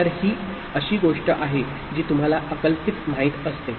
तर ही अशी गोष्ट आहे जी तुम्हाला अकल्पित माहित असते